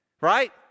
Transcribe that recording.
right